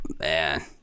man